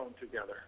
together